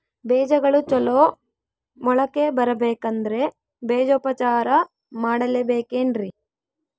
ಬೇಜಗಳು ಚಲೋ ಮೊಳಕೆ ಬರಬೇಕಂದ್ರೆ ಬೇಜೋಪಚಾರ ಮಾಡಲೆಬೇಕೆನ್ರಿ?